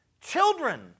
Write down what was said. children